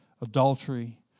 Adultery